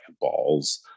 balls